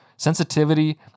Sensitivity